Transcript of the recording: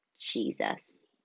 Jesus